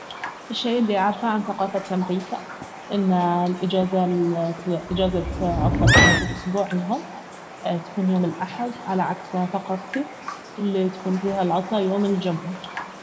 الشي الي اعرفه عن ثقافة أمريكا انه الاجازة ال- إجازة عطلة نهاية الأسبوع عندهم تكون يوم الاحد على عكس ثقافتي الي تكون العطلة فيها يوم الجمعة